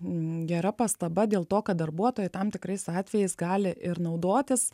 gera pastaba dėl to kad darbuotojai tam tikrais atvejais gali ir naudotis